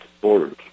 borders